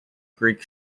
greek